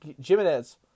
Jimenez